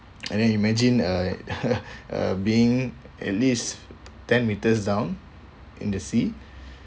and then imagine uh uh being at least ten meters down in the sea